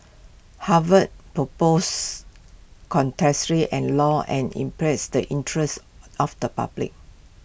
Harvard's propose and law and imperils the interest of the public